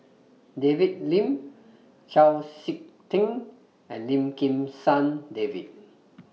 David Lim Chau Sik Ting and Lim Kim San David